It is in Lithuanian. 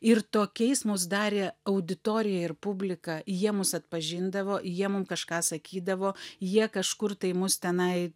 ir tokiais mus darė auditorija ir publika jie mus atpažindavo jie mum kažką sakydavo jie kažkur tai mus tenai